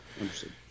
Understood